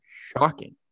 Shocking